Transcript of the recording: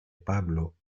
pablo